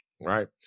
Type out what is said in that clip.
Right